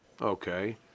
Okay